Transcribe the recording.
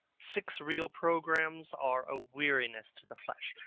six-reel programmes are a weariness to the flesh.